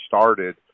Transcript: started